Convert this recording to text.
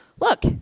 Look